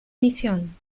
misión